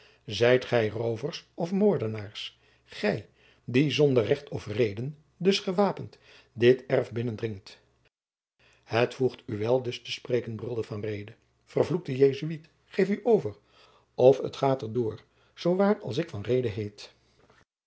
zijt gij roovers of moordenaars gij die zonder recht of reden dus gewapend dit erf binnendringt het voegt u wel dus te spreken brulde van reede vervloekte jesuit geef u over of het gaat er door zoo waar als ik van reede heet